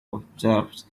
observers